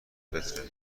فطره